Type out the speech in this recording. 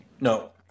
No